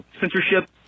Censorship